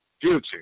Future